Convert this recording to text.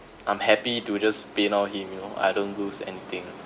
I'm happy to just paynow him you know I don't lose anything ah